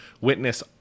witness